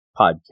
podcast